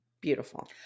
beautiful